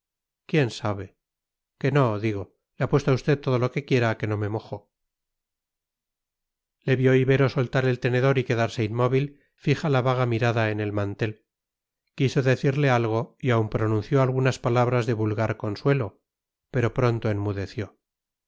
quién sabe que no digo le apuesto a usted todo lo que quiera a que no me mojo le vio ibero soltar el tenedor y quedarse inmóvil fija la vaga mirada en el mantel quiso decirle algo y aun pronunció algunas palabras de vulgar consuelo pero pronto enmudeció